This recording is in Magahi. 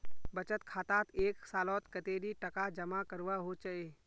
बचत खातात एक सालोत कतेरी टका जमा करवा होचए?